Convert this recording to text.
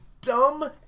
dumb